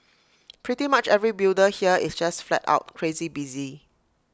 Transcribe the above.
pretty much every builder here is just flat out crazy busy